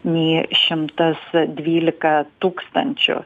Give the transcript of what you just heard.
nei šimtas dvylika tūkstančių